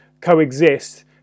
coexist